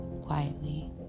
quietly